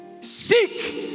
Seek